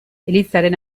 elizaren